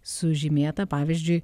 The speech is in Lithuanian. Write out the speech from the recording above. sužymėta pavyzdžiui